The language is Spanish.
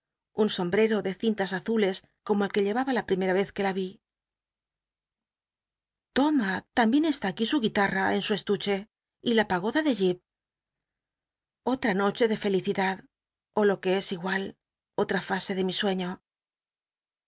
un sombrero de cintas azules como el que ll evaba la pl'imcra vez que la vi toma la m bien cstü aquí su guitana en su estuche y la pagoda de ji otra noche de felicidad ó lo que es igual otra fase de mi sueño